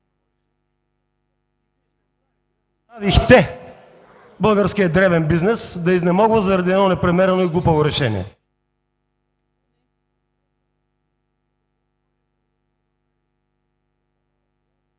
българският дребен бизнес да изнемогва заради едно непремерено и глупаво решение.